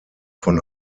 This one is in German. von